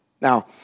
Now